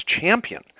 Champion